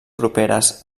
properes